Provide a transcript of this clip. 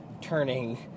turning